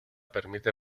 permite